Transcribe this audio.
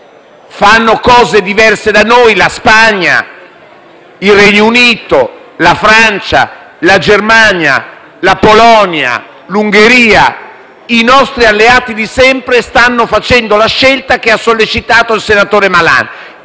Fanno cose diverse da noi la Spagna, il Regno Unito, la Francia, la Germania, la Polonia e l'Ungheria. I nostri alleati di sempre stanno facendo la scelta che ha sollecitato il senatore Malan